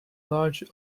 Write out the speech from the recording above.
large